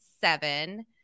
seven